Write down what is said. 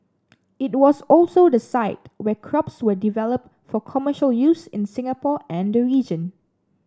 it was also the site where crops were developed for commercial use in Singapore and the region